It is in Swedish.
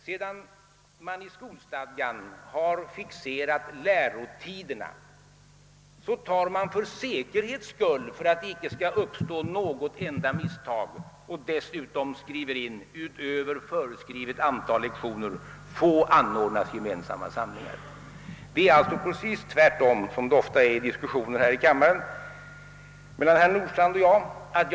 Sedan man i stolstadgan har fixerat lärotiderna skriver man där desutom in — för att det inte skall uppstå något enda missförstånd: »Utöver föreskrivet antal lektioner få anordnas gemensamma samlingar ...» Som ofta är fallet i diskussioner mellan herr Nordstrandh och mig här i kammaren, går våra uppfattningar helt isär.